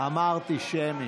אמרתי שמית.